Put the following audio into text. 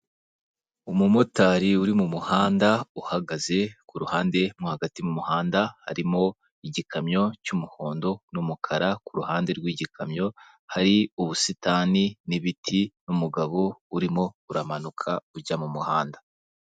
Umumotari uri mu muhanda uhagaze kuruhande, mo hagati mu muhanda harimo igikamyo cy'umuhondo n'umukara, kuruhande rw'igikamyo, hari ubusitani, n'ibiti, n'umugabo urimo uramanuka ujya mu muhanda.